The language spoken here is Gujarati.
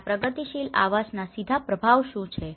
અને આ પ્રગતિશીલ આવાસોના સીધા પ્રભાવ શું છે